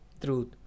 truth